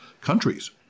countries